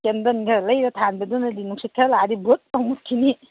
ꯀꯦꯟꯗꯜꯒ ꯂꯩꯔ ꯊꯥꯟꯕꯗꯨꯅꯗꯤ ꯅꯨꯡꯁꯤꯠ ꯈꯔ ꯂꯥꯛꯑꯗꯤ ꯕꯨꯠ ꯂꯥꯎꯅ ꯃꯨꯠꯈꯤꯅꯤ